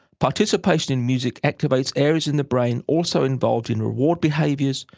participation in music activates areas in the brain also involved in reward behaviours,